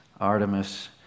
Artemis